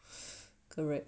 correct